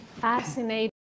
fascinating